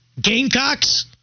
Gamecocks